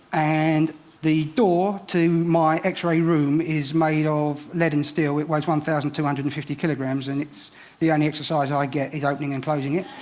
and the door to my x-ray room is made of lead and steel. it weighs one thousand two hundred and fifty kilograms and the only exercise i get is opening and closing it.